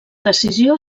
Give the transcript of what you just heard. decisió